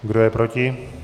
Kdo je proti?